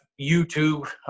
YouTube